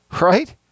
right